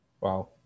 Wow